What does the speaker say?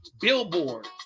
billboard